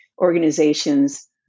organization's